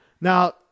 Now